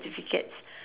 ~tificates